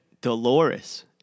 Dolores